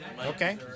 Okay